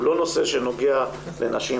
הוא לא נושא שנוגע לנשים.